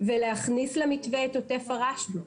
ולהכניס למתווה את עוטף הרשב"י,